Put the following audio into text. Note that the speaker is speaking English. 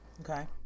Okay